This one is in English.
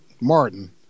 Martin